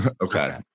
Okay